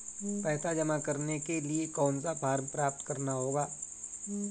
पैसा जमा करने के लिए कौन सा फॉर्म प्राप्त करना होगा?